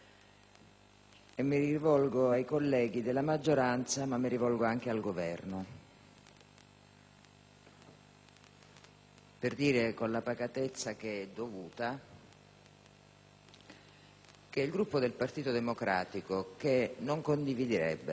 per dire, con la pacatezza che è dovuta, che il Gruppo del Partito Democratico, che non condividerebbe la scelta di tornare a discutere di questo testo domani,